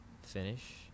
finish